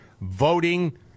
voting